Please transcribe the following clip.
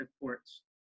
ports